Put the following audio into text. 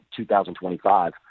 2025